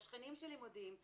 והשכנים שלי מודיעים,